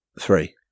three